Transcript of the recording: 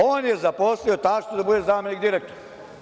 On je zaposlio taštu da bude zamenik direktora.